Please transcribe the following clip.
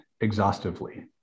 exhaustively